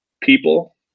people